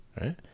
right